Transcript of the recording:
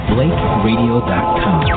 BlakeRadio.com